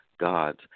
God's